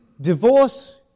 divorce